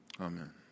amen